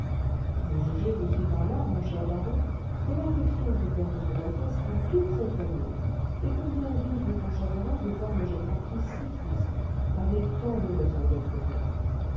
vous jugez aussi par là mon cher baron de l'affection que porte son altesse à toute cette famille et combien vif est son chagrin de voir le jeune marquis si triste avec tant de raisons d'être heureux